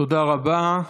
תודה רבה.